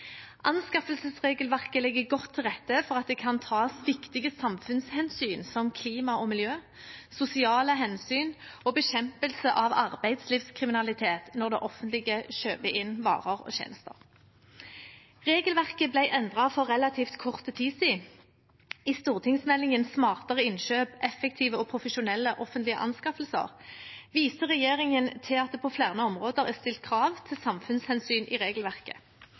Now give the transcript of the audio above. Anskaffelsesregelverket legger godt til rette for at det kan tas viktige samfunnshensyn som klima- og miljøhensyn, sosiale hensyn og bekjempelse av arbeidslivskriminalitet når det offentlige kjøper inn varer og tjenester. Regelverket ble endret for relativt kort tid siden. I stortingsmeldingen Smartere innkjøp – effektive og profesjonelle offentlige anskaffelser viste regjeringen til at det på flere områder er stilt krav til samfunnshensyn i regelverket.